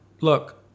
look